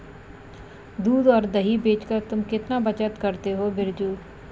दूध और दही बेचकर तुम कितना बचत करते हो बिरजू?